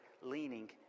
leaning